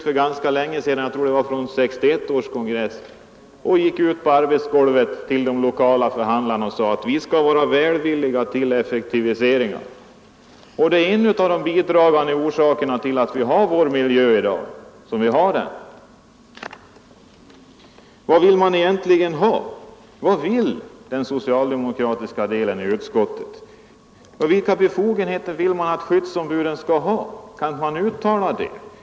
För ganska länge sedan — jag tror det var i samband med 1961 års LO-kongress — sade LO till de lokala förhandlarna att man skulle ställa sig välvillig till effektivisering. Detta är en bidragande orsak till att vår miljö i dag är sådan den är. Vad vill man egentligen ha? Vad vill den socialdemokratiska delen av utskottet? Vilka befogenheter vill man att skyddsombuden skall ha? Kan man ange det?